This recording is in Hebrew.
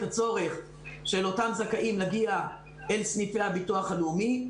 הצורך של אותם זכאים להגיע אל סניפי הביטוח הלאומי,